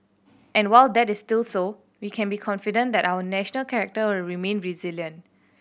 and while that is still so we can be confident that our national character will remain resilient